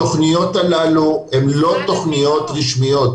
התכניות הללו הן לא תכניות רשמיות,